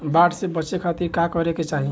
बाढ़ से बचे खातिर का करे के चाहीं?